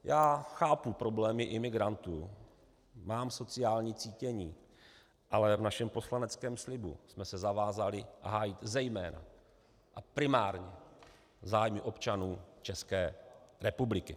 Já chápu problémy imigrantů, mám sociální cítění, ale v našem poslaneckém slibu jsme se zavázali hájit zejména a primárně zájmy občanů České republiky.